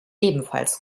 ebenfalls